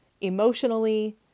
emotionally